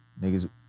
Niggas